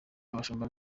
abashumba